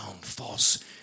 false